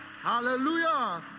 Hallelujah